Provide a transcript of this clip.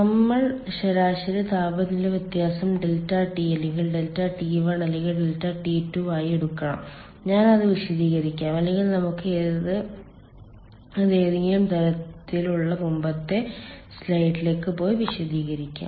നമ്മൾ ശരാശരി താപനില വ്യത്യാസം ∆T അല്ലെങ്കിൽ ∆T1 അല്ലെങ്കിൽ ∆T2 ആയി എടുക്കണം ഞാൻ അത് വിശദീകരിക്കാം അല്ലെങ്കിൽ നമുക്ക് അത് ഏതെങ്കിലും തരത്തിലുള്ള മുമ്പത്തെ സ്ലൈഡിലേക്ക് പോയി വിശദീകരിക്കാം